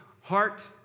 heart